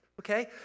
Okay